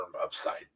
upside